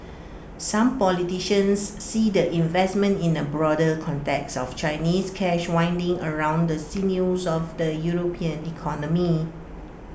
some politicians see the investment in A broader context of Chinese cash winding around the sinews of the european economy